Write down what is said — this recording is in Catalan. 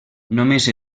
només